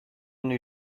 new